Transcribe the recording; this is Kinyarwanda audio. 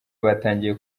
batangiye